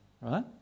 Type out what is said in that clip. right